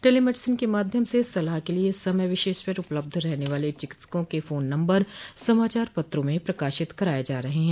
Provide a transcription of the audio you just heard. telemedicine के माध्यम से सलाह के लिए समय विशेष पर उपलब्ध रहने वाले चिकित्सकों के फोन नम्बर समाचार पत्रों में प्रकाशित कराए जा रहे हैं